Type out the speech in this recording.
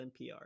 NPR